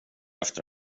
efter